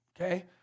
okay